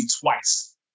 twice